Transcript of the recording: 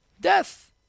death